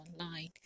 online